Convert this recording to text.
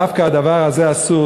ודווקא הדבר הזה אסור,